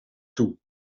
toe